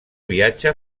viatge